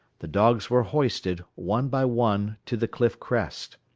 the dogs were hoisted, one by one, to the cliff crest.